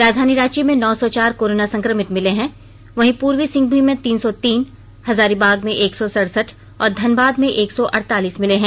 राजधानी रांची में नौ सौ चार कोरोना संकमित मिले हैं वहीं पूर्वी सिंहभूम में तीन सौ तीन हजारीबाग में एक सौ सड़सठ और धनबाद में एक सौ अड़तालीस मिले हैं